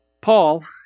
Paul